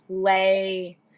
play